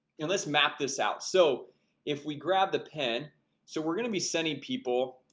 and let's map this out. so if we grab the pen so we're gonna be sending people